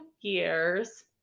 years